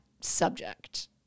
subject